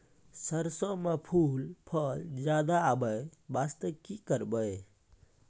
सरसों म फूल फल ज्यादा आबै बास्ते कि करबै?